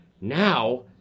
Now